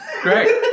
great